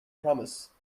promise